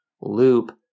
loop